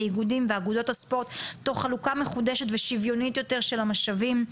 האיגודים ואגודות הספורט תוך חלוקה מחודשת ושוויונית יותר של המשאבים,